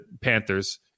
Panthers